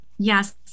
Yes